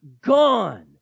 gone